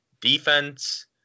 defense